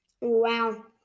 Wow